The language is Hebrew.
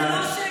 מה, זה לא שקר?